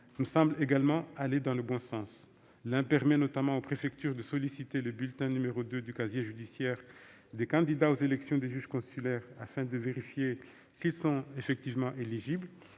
nous semblent également aller dans le bon sens. L'un d'eux tend à permettre aux préfectures de solliciter le bulletin n° 2 du casier judiciaire des candidats aux élections des juges consulaires, afin de vérifier s'ils sont effectivement éligibles.